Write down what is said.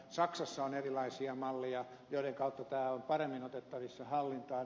saksassa on erilaisia malleja joiden kautta tämä on paremmin otettavissa hallintaan